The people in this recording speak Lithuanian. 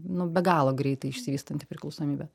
nu be galo greitai išsivystanti priklausomybė